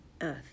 earth